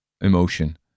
emotion